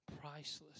priceless